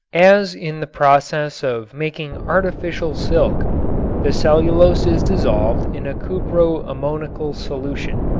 as in the process of making artificial silk the cellulose is dissolved in a cupro-ammoniacal solution,